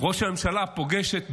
ראש הממשלה פוגש את ביידן,